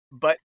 But-